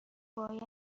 باید